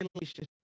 relationship